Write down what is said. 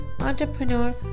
entrepreneur